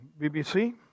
BBC